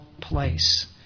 place